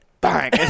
Bang